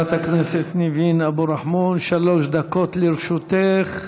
חברת הכנסת ניבין אבו רחמון, שלוש דקות לרשותך.